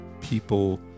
people